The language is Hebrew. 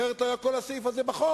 אחרת לא היה כל הסעיף הזה בחוק.